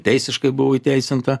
teisiškai buvo įteisinta